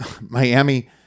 Miami